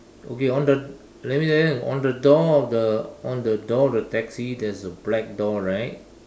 okay on the let me let me on the door of the on the door of the taxi there's a black door right